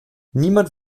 niemand